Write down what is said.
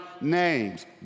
names